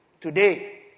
today